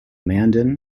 mandan